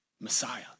Messiah